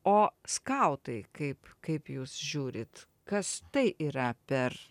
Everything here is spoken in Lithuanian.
o skautai kaip kaip jūs žiūrit kas tai yra per